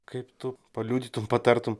kaip tu paliudytum patartum